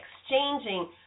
exchanging